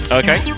okay